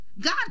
God